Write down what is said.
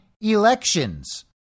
elections